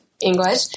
English